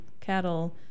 cattle